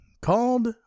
called